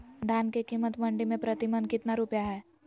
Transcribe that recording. धान के कीमत मंडी में प्रति मन कितना रुपया हाय?